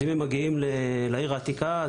אם הם מגיעים לעיר העתיקה,